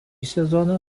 sezoną